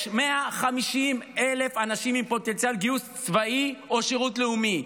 יש 150,000 אנשים עם פוטנציאל גיוס צבאי או שירות לאומי.